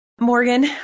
Morgan